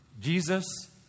Jesus